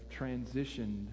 transitioned